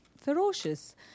ferocious